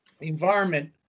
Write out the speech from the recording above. environment